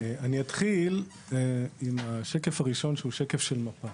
אני אתחיל עם השקף הראשון שהוא שקף של מפה